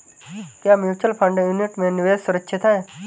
क्या mutual fund unit में निवेश सुरक्षित है?